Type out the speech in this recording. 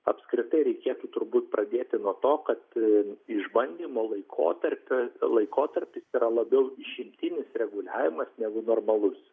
apskritai reikėtų turbūt pradėti nuo to kad išbandymo laikotarpio laikotarpis yra labiau išimtinis reguliavimas negu normalus